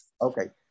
okay